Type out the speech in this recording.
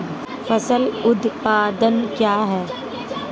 फसल उत्पादन क्या है?